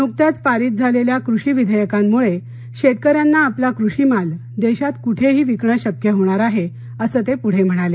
नुकत्याच पारित झालेल्या कृषी विधेयकांमुळे शेतकऱ्यांना आपला कृषी माल देशात कुठेही विकण शक्य होणार आहे असं ते पुढे म्हणाले